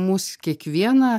mus kiekvieną